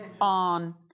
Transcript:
on